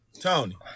Tony